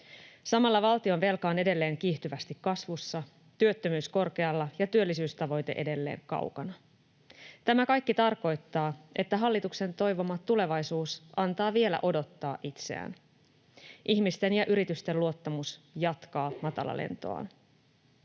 Samalla valtionvelka on edelleen kiihtyvästi kasvussa, työttömyys korkealla ja työllisyystavoite edelleen kaukana. Tämä kaikki tarkoittaa, että hallituksen toivoma tulevaisuus antaa vielä odottaa itseään. Ihmisten ja yritysten luottamus jatkaa matalalentoaan.